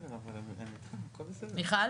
מיכל.